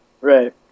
right